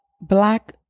black